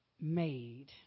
made